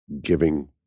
giving